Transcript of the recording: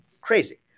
crazy